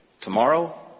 tomorrow